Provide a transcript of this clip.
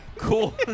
Cool